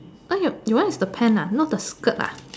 ah you your one is the pant ah not the skirt ah